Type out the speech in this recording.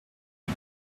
big